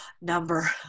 number